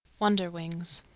wonderwings